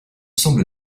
semble